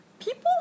people